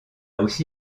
aussi